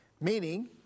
Meaning